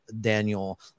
daniel